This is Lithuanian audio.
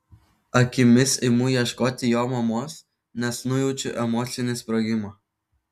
akimis imu ieškoti jo mamos nes nujaučiu emocinį sprogimą